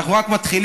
אנחנו רק מתחילים,